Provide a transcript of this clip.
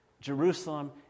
Jerusalem